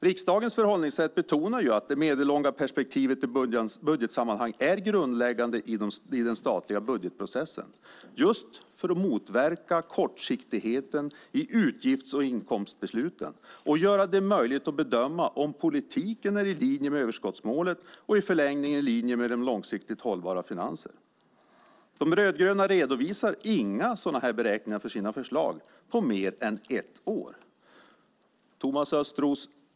Riksdagens förhållningssätt betonar att det medellånga perspektivet i budgetsammanhang är grundläggande i den statliga budgetprocessen, just för att motverka kortsiktigheten i utgifts och inkomstbesluten och göra det möjligt att bedöma om politiken är i linje med överskottsmålet och i förlängningen i linje med långsiktigt hållbara finanser. De rödgröna redovisar inga sådana beräkningar för sina förslag på mer än ett år. Thomas Östros!